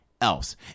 else